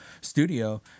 studio